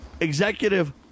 executive